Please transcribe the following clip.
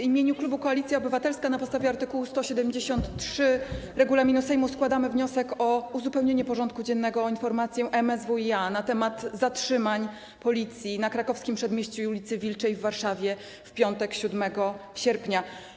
W imieniu Klubu Koalicja Obywatelska, na podstawie art. 173 regulaminu Sejmu, składamy wniosek o uzupełnienie porządku dziennego o informację MSWiA na temat zatrzymań Policji na Krakowskim Przedmieściu i ul. Wilczej w Warszawie w piątek, 7 sierpnia.